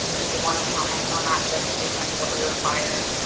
do you want to comment on that just in terms of what we require